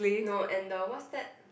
no and the what's that